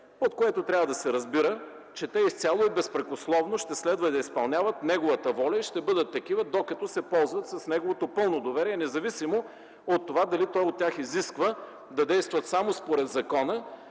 от което трябва да се разбира, че те изцяло и безпрекословно ще следва да изпълняват неговата воля и ще бъдат такива, докато се ползват с неговото пълно доверие, независимо от това дали той изисква от тях да действат само според закона